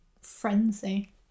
frenzy